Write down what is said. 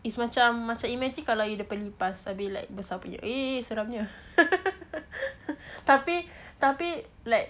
is macam macam imagine kalau you jumpa lipas abih besar punya !ee! seram nya tapi tapi like